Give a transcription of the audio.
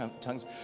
tongues